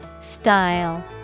Style